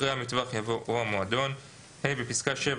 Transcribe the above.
אחרי "המטווח" יבוא "או המועדון"; (ה)בפסקה (7),